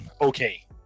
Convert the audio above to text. okay